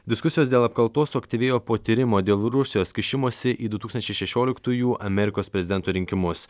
diskusijos dėl apkaltos suaktyvėjo po tyrimo dėl rusijos kišimosi į du tūkstančiai šešioliktųjų amerikos prezidento rinkimus